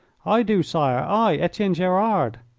i do, sire i, etienne gerard!